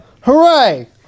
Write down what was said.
Hooray